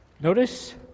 Notice